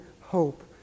hope